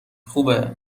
خوبه